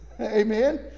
Amen